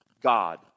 God